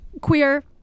queer